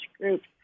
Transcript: groups